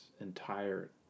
entire